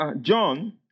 John